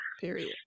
Period